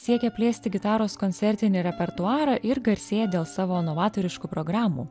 siekia plėsti gitaros koncertinį repertuarą ir garsėja dėl savo novatoriškų programų